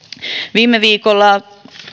viime viikolla